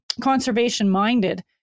conservation-minded